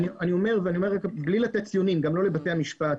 אני אומר בזהירות הנדרשת ומבלי לתת ציונים לבתי המשפט,